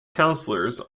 councillors